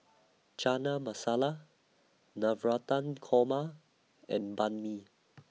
Chana Masala Navratan Korma and Banh MI